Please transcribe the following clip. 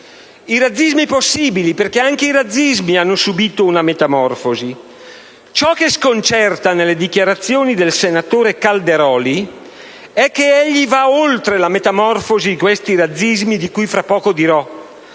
ai razzismi possibili, perché anch'essi hanno subito una metamorfosi. Ciò che sconcerta nelle dichiarazioni del senatore Calderoli è che egli va oltre la metamorfosi di questi razzismi di cui tra poco dirò,